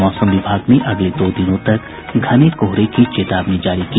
और मौसम विभाग ने अगले दो दिनों तक घने कोहरे की चेतावनी जारी की